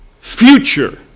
future